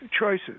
choices